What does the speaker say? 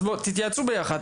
אז תתייעצו יחד,